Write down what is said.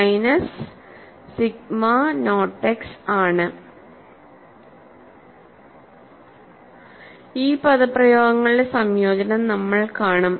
mode 1 ന്റെ photoelastic holographic fringe പാറ്റേണുകൾ ഈ പദപ്രയോഗങ്ങളുടെ പ്രയോജനം നമ്മൾ കാണും